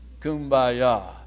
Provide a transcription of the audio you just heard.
Kumbaya